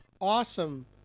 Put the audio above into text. awesome